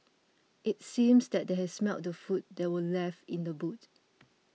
it seems that they had smelt the food that were left in the boot